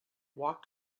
walked